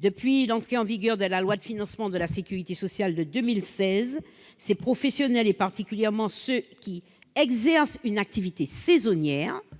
depuis l'entrée en vigueur de la loi de financement de la sécurité sociale pour 2016, ces professionnels, et particulièrement ceux qui exercent une activité saisonnière,